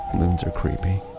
loons are creepy.